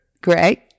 Great